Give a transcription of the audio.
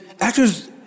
actors